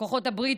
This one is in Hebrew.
כוחות הברית,